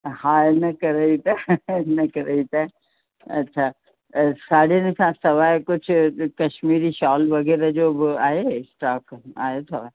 हा इन करे ई त इन करे ई त अच्छा साड़ीयुनि सां सवाइ कुझु कश्मीरी शॉल वग़ैरह जो बि आहे स्टॉक आयो अथव